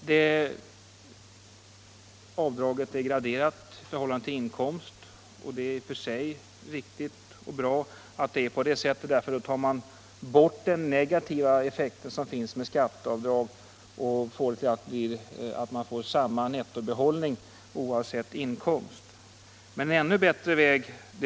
Det avdraget är graderat i förhållande till inkomsten. Det är i och för sig riktigt och bra att det är så. Då tar man bort den negativa effekten av skatteavdrag, så att alla får samma nettobehållning oavsett inkomst. Men en ännu bättre väg att.